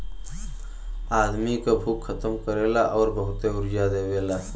आदमी क भूख खतम करेला आउर बहुते ऊर्जा देवेला